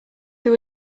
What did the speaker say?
they